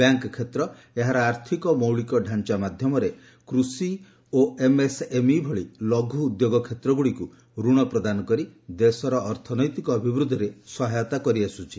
bank କ୍ଷେତ୍ର ଏହାର ଆର୍ଥିକ ମୌଳିକ ଡାଞ୍ଚା ମାଧ୍ୟମରେ କୃଷି ଓ ଏମ୍ଏସ୍ଏମ୍ଇ ଭଳି ଲଘୁ ଉଦ୍ୟୋଗ କ୍ଷେତ୍ରଗୁଡ଼ିକୁ ଋଣ ପ୍ରଦାନ କରି ଦେଶର ଅର୍ଥନୈତିକ ଅଭିବୃଦ୍ଧିରେ ସହାୟତା କରିଆସୁଛି